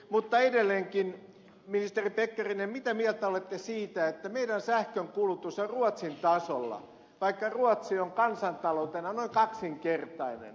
mutta edelleenkin ministeri pekkarinen mitä mieltä olette siitä että meidän sähkönkulutuksemme on ruotsin tasolla vaikka ruotsi on kansantaloutena noin kaksinkertainen